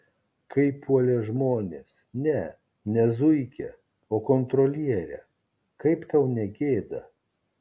kaip puolė žmonės ne ne zuikę o kontrolierę kaip tau negėda